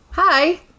Hi